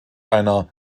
einer